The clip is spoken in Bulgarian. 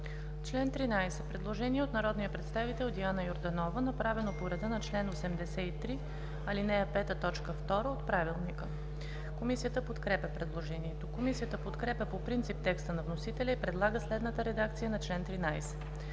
има предложение от народния представител Диана Йорданова, направено по реда на чл. 83, ал. 5, т. 2 от ПОДНС. Комисията подкрепя предложението. Комисията подкрепя по принцип текста на вносителя и предлага следната редакция на чл.